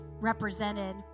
represented